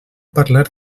parlar